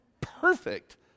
perfect